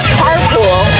carpool